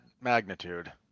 magnitude